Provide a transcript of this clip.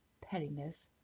pettiness